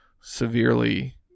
severely